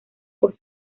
por